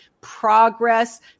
progress